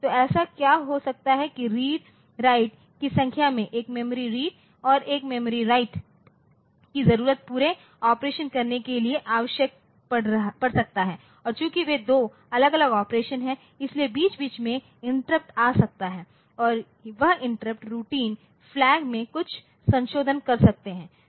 तो ऐसा क्या हो सकता है कि रीड राइट की संख्या में एक मेमोरी रीड और एक मेमोरी राइट की जरूरत पूरे ऑपरेशन करने के लिए आवश्यक पड़ सकता है और चूंकि वे दो अलग अलग ऑपरेशन हैं इसलिए बीच बीच में रुइंटरप्ट आ सकता है और वह इंटरप्ट रूटीन फ्लैग में कुछ संशोधन कर सकते हैं